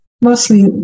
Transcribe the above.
mostly